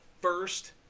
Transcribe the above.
first